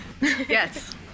Yes